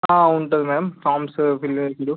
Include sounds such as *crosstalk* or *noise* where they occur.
ఉంటుంది madam forms fill *unintelligible*